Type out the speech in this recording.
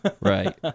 Right